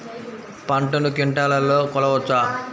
పంటను క్వింటాల్లలో కొలవచ్చా?